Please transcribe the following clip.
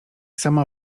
sama